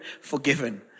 forgiven